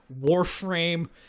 Warframe